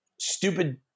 stupid